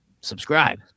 subscribe